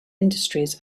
industries